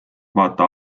vaata